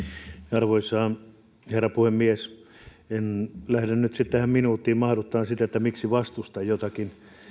arvoisa herra puhemies en lähde nyt sitten tähän minuuttiin mahduttamaan sitä miksi vastustan jotakin